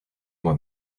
moi